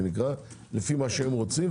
לפי מה שהם רוצים,